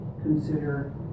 consider